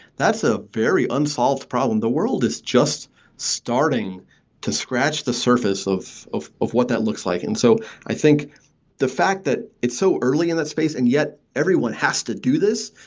that's a very unsolved problem. the world is just starting to scratch the surface of of what that looks like. and so i think the fact that it's so early in that space and yet everyone has to do this,